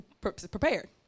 prepared